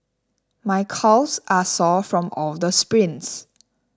my calves are sore from all the sprints